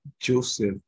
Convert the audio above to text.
Joseph